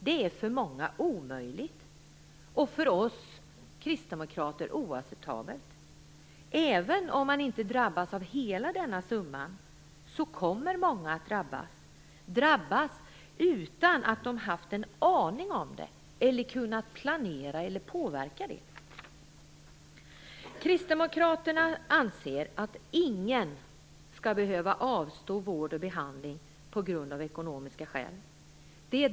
Det är för många omöjligt och för oss kristdemokrater oacceptabelt! Även om man inte drabbas av hela denna summa kommer många att drabbas - drabbas utan att de haft en aning om det eller kunnat planera eller påverka det. Kristdemokraterna anser att ingen skall behöva avstå vård eller behandling på grund av ekonomiska skäl.